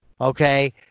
Okay